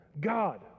God